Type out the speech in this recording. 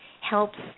helps